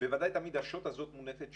בוודאי תמיד השוט הזאת מונפת,